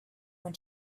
when